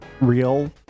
real